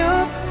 up